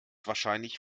wahrscheinlich